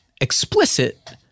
explicit